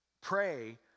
Pray